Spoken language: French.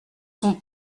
son